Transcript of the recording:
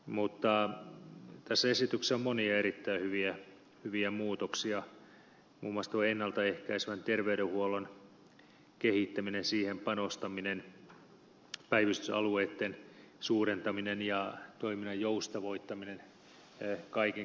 mutta tässä esityksessä on monia erittäin hyviä muutoksia muun muassa ennalta ehkäisevän terveydenhuollon kehittäminen siihen panostaminen päivystysalueitten suurentaminen ja toiminnan joustavoittaminen kaiken kaikkiaan